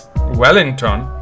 Wellington